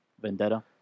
vendetta